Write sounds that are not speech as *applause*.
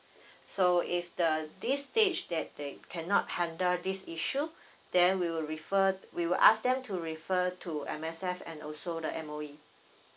*breath* so if the this stage that they cannot handle this issue *breath* then we'll refer we will ask them to refer to M_S_F and also the M_O_E